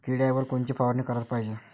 किड्याइवर कोनची फवारनी कराच पायजे?